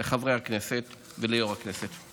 לחברי הכנסת וליושב-ראש הכנסת,